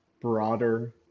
broader